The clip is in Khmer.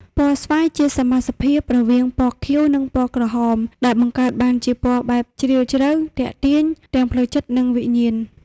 ពណ៌ស្វាយជាសមាសភាពរវាងពណ៌ខៀវ និងពណ៌ក្រហម ដែលបង្កើតបានជាពណ៌បែបជ្រាលជ្រៅ ទាក់ទាញទាំងផ្លូវចិត្តនិងវិញ្ញាណ។